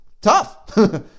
Tough